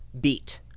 beat